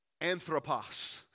anthropos